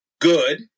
good